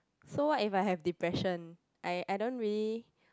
so what if I have depression I I don't really